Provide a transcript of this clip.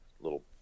little